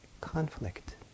conflict